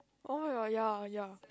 oh-my-god ya ya